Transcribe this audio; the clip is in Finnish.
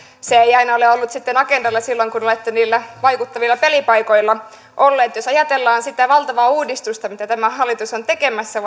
se ei aina ole ollut sitten agendalla silloin kun olette niillä vaikuttavilla pelipaikoilla olleet jos ajatellaan sitä valtavaa uudistusta mitä tämä hallitus on tekemässä